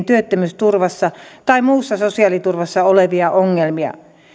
työttömyysturvassa tai muussa sosiaaliturvassa olevia ongelmia